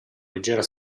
leggera